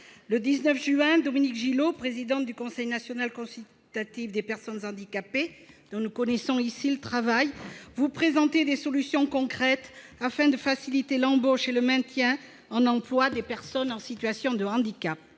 Le 19 juin dernier, Dominique Gillot, présidente du Conseil national consultatif des personnes handicapées, dont nous connaissons ici le travail, vous présentait des solutions concrètes afin de faciliter l'embauche et le maintien dans l'emploi des personnes en situation de handicap.